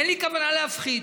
אין לי כוונה להפחית.